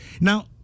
Now